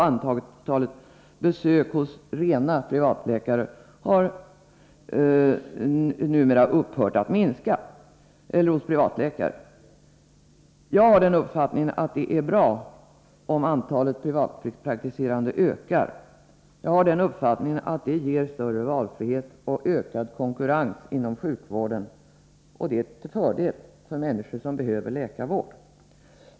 Antalet besök hos privatläkare har numera upphört att minska. Jag har den uppfattningen att det är bra om antalet privatpraktiserande läkare ökar. Det ger större valfrihet och ökad konkurrens inom sjukvården, vilket är till fördel för människor som behöver läkarvård.